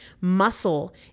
Muscle